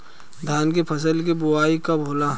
धान के फ़सल के बोआई कब होला?